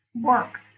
work